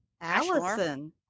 Allison